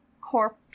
Corp